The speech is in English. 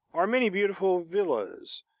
are many beautiful villas,